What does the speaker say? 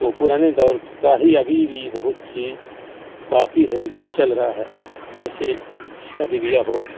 تو پرانے دور کا ہی ابھی بھی بہت چیز باقی ہے جو چل رہا ہے جیسے شادی بیاہ ہو